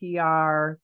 PR